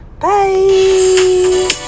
Bye